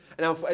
Now